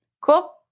Cool